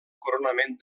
coronament